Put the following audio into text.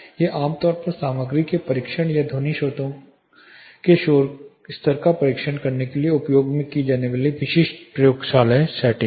ये आम तौर पर सामग्री के परीक्षण या ध्वनि स्रोतों से शोर स्तर का परीक्षण करने के लिए उपयोग की जाने वाली विशिष्ट प्रयोगशाला सेटिंग्स हैं